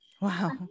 Wow